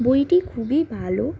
বইটি খুবই ভালো